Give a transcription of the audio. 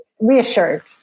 reassured